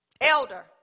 Elder